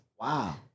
Wow